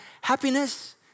happiness